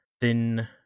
Thin